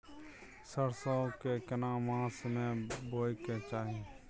सरसो के केना मास में बोय के चाही?